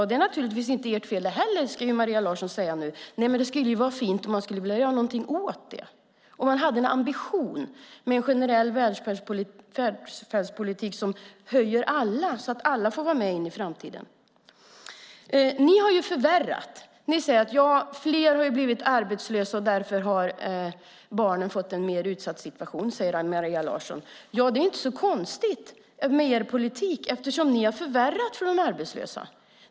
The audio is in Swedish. Det är naturligtvis inte heller ert fel - skulle Maria Larsson säkert säga - men det vore fint om man gjorde något det och om man hade en ambition med en generell välfärdspolitik som gör att alla får vara med in i framtiden. Maria Larsson säger att fler har blivit arbetslösa och att barnen därför har fått en mer utsatt situation. Det är ju inte så konstigt eftersom ni med er politik har förvärrat för de arbetslösa.